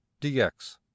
dx